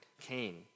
Cain